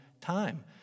time